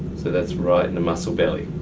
so that's right in the muscle belly.